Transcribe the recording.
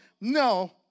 no